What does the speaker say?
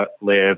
live